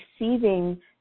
receiving